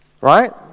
right